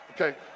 Okay